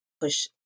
push